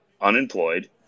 unemployed